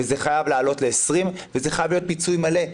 וזה חייב לעלות ל-20 וזה חייב להיות פיצוי מלא.